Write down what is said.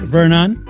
Vernon